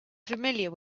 familiar